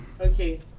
Okay